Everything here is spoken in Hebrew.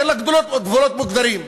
אין לה גבולות מוגדרים.